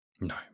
No